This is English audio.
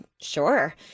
sure